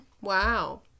Wow